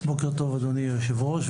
בוקר טוב אדוני היושב-ראש,